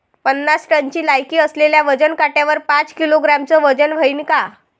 पन्नास टनची लायकी असलेल्या वजन काट्यावर पाच किलोग्रॅमचं वजन व्हईन का?